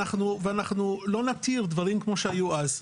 ואנחנו לא נתיר דברים כמו שהיו אז.